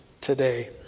today